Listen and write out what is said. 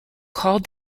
called